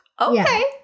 Okay